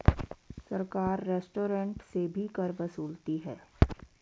सरकार रेस्टोरेंट से भी कर वसूलती है